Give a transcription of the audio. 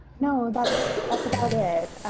no. that's, that's about it.